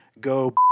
go